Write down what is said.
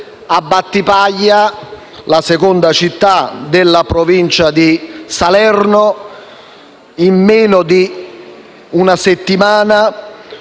a Battipaglia, la seconda città della provincia di Salerno, in meno di una settimana